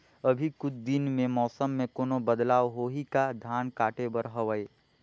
अभी कुछ दिन मे मौसम मे कोनो बदलाव होही का? धान काटे बर हवय?